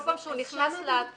כל פעם שהוא נכנס לאתר